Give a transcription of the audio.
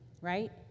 right